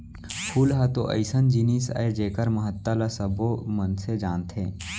फूल ह तो अइसन जिनिस अय जेकर महत्ता ल सबो मनसे जानथें